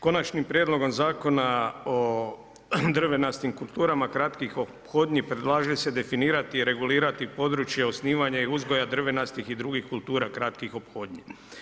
Konačnim prijedlogom zakona o drvenastim kulturama kratkih ophodnji predlaže se definirati i regulirati područje osnivanja i uzgoja drvenastih i drugih kultura kratkih ophodnji.